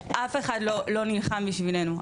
אף אחד לא נלחם בשבילנו,